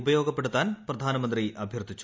ഉപയോഗപ്പെടുത്താൻ പ്രധാനമുന്നി അഭ്യർത്ഥിച്ചു